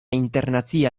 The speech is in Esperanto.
internacia